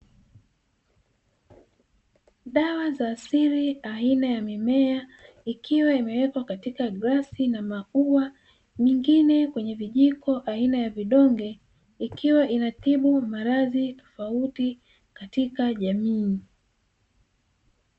Dawa za asili aina ya mimea, ikiwa imewekwa katika glasi na makubwa mengine kwenye vijiko, aina ya vidonge, ikiwa inatibu maradhi tofauti katika jamii.